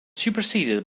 superseded